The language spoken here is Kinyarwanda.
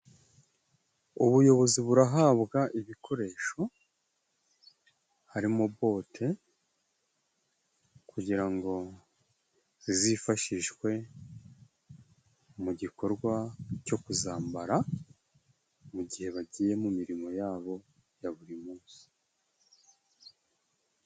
ubuyobozi burahabwa ibikoresho harim bote kugira ngo zizifashishwe mu gikorwa cyo kuzambara mu gihe bagiye mu mirimo yabo ya buri munsi.